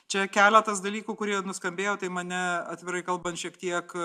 čia keletas dalykų kurie nuskambėjo tai mane atvirai kalbant šiek tiek